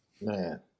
man